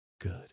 Good